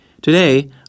Today